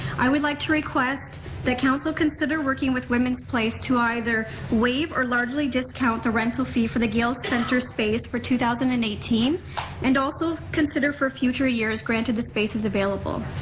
i would like to request that council consider working with women's place to either waive or largely discount the rental fee for the gale center space for two thousand and eighteen and also consider for future years, granted the space is available.